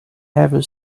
ever